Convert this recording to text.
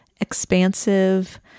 expansive